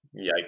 Yikes